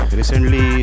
recently